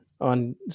on